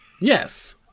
Yes